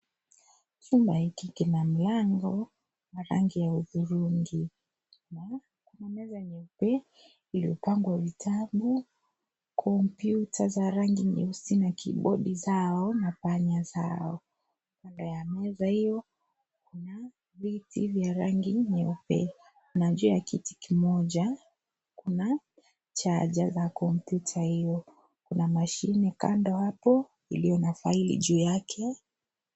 Chumba hiki kina mlango wa rangi ya hudhurungi na kuna meza nyeupe iliyopangwa vitabu, kompyuta za rangi nyeusi na kibodi zao na panya zao . Kando ya meza hiyo kuna viti vya rangi nyeupe na juu ya kiti kimoja kuna chaja ya kompyuta hiyo, kuna mashine kando hapo iliyo na faili juu yake.